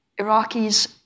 Iraqis